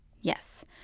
Yes